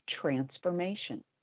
transformation